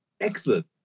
Excellent